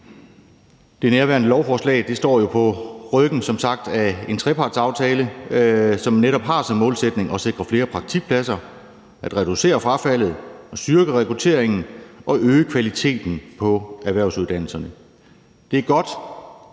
Det nærværende lovforslag står jo som sagt på ryggen af en trepartsaftale, som netop har som målsætning at sikre flere praktikpladser, at reducere frafaldet, at styrke rekrutteringen og at øge kvaliteten på erhvervsuddannelserne. Det er godt,